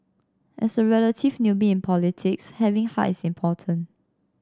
as a relative newbie in politics having heart is important